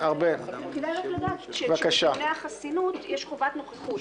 כדאי רק לדעת שבדיוני החסינות יש חובת נוכחות,